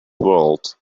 world